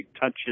touches